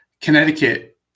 Connecticut